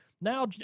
now